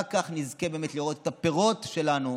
רק כך נזכה באמת לראות את הפירות שלנו